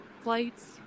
flights